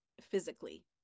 physically